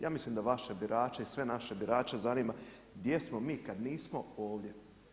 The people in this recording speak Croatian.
Ja mislim da vaše birače i sve naše birače zanima gdje smo mi kad nismo ovdje.